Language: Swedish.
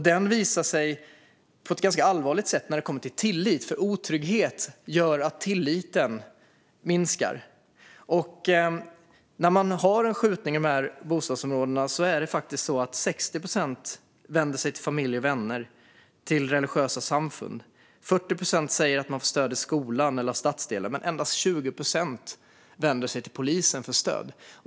Den visar sig på ett ganska allvarligt sätt när det kommer till tillit. Otrygghet gör att tilliten minskar. När man har skjutningar i de här bostadsområdena vänder sig 60 procent till familj och vänner eller till religiösa samfund. 40 procent säger att de får stöd i skolan eller av stadsdelen. Men endast 20 procent vänder sig till polisen för stöd.